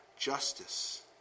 Justice